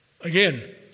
Again